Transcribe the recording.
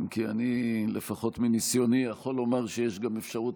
אם כי מניסיוני לפחות אני יכול לומר שיש גם אפשרות